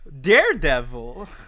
daredevil